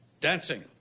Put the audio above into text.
Dancing